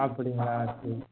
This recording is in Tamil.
அப்படிங்களா சரி